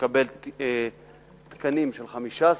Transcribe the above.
לקבל תקנים של 15 מפקחים.